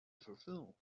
fulfill